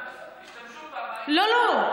השתמשו פעמיים, לא, לא.